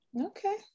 Okay